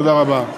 תודה רבה.